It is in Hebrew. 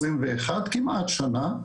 כמעט שנה,